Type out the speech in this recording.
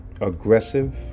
aggressive